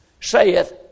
saith